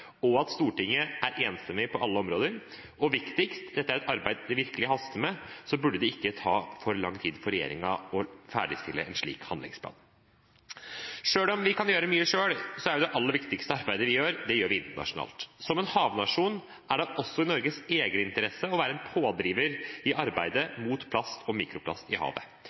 Stortinget er enstemmig på alle områder, og – viktigst – dette er et arbeid det virkelig haster med, burde det ikke ta for lang tid for regjeringen å ferdigstille en slik handlingsplan. Selv om vi kan gjøre mye selv, er det aller viktigste arbeidet vi gjør, det vi gjør internasjonalt. Som havnasjon er det også i Norges egen interesse å være en pådriver i arbeidet mot plast og mikroplast i havet.